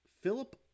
Philip